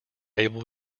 able